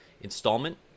installment